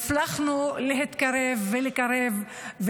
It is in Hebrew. הצלחנו להתקרב ולקרב,